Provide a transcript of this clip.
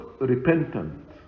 repentant